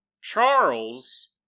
Charles